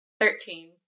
Thirteen